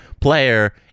player